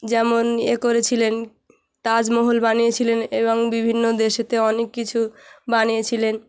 যেমন এ করেছিলেন তাজমহল বানিয়েছিলেন এবং বিভিন্ন দেশেতে অনেক কিছু বানিয়েছিলেন